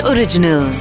Original